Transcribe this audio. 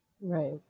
Right